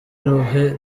uruhe